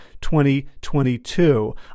2022